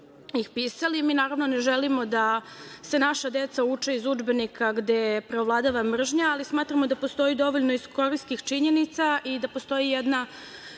ih pisali. Mi naravno ne želimo da se naša deca uče iz udžbenika gde preovladava mržnja, ali smatramo da postoji dovoljno istorijskih činjenica i da postoji jedna